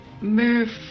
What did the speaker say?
move